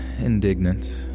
indignant